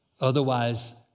Otherwise